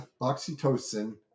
oxytocin